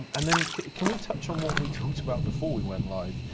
and then can we touch on what we talked about before we went live,